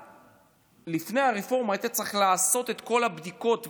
לפני הרפורמה היית צריך לעשות את כל הבדיקות,